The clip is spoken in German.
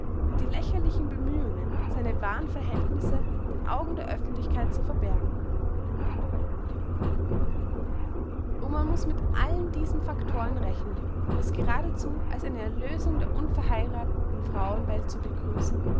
und die lächerlichen bemühungen seine wahren verhältnisse den augen der oeffentlichkeit zu verbergen o man muß mit allen diesen factoren rechnen um es gradezu als eine erlösung der unverheiratheten frauenwelt zu begrüßen